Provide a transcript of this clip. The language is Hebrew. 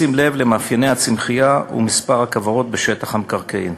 בשים לב למאפייני הצמחייה ומספר הכוורות בשטח המקרקעין.